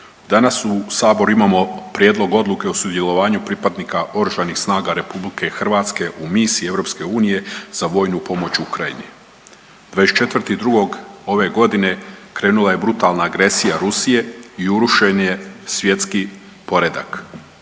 danas u saboru imamo Prijedlog Odluke o sudjelovanju pripadnika Oružanih snaga RH u misiji EU za vojnu pomoć Ukrajini. 24.2. ove godine krenula je brutalna agresija Rusije i urušen je svjetski poredak.